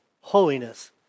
holiness